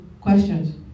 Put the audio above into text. questions